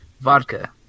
vodka